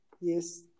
yes